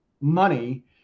money